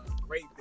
great